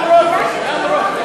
גם רותם.